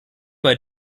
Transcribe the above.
bei